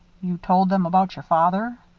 you told them about your father